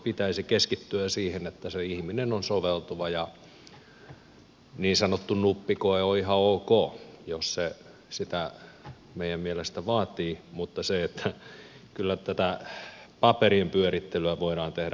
pitäisi keskittyä siihen että se ihminen on soveltuva ja niin sanottu nuppikoe on ihan ok jos se sitä meidän mielestämme vaatii mutta kyllä tätä paperinpyörittelyä voidaan tehdä vähän järkevämminkin